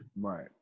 Right